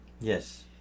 Yes